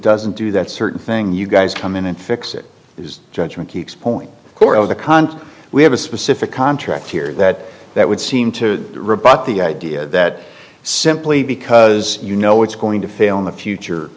doesn't do that certain thing you guys come in and fix it is judgment keeps point course of the contract we have a specific contract here that that would seem to rebut the idea that simply because you know it's going to fail in the future